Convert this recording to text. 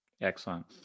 Excellent